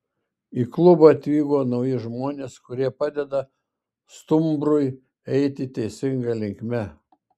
į klubą atvyko nauji žmonės kurie padeda stumbrui eiti teisinga linkme